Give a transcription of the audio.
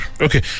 Okay